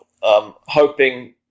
Hoping